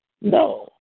No